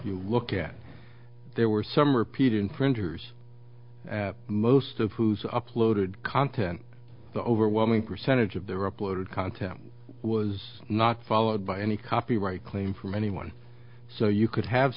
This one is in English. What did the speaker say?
you look at there were some repeat infringers most of whose uploaded content the overwhelming percentage of their uploaded content was not followed by any copyright claim from anyone so you could have